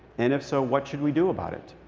and if so, what should we do about it?